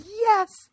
yes